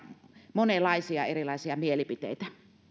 monenlaisia erilaisia mielipiteitä